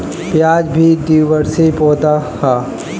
प्याज भी द्विवर्षी पौधा हअ